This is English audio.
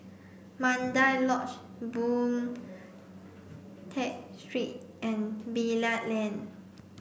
Mandai Lodge Boon Tat Street and Bilal Lane